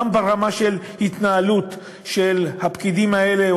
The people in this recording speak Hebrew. גם ברמה של התנהלות הפקידים האלה,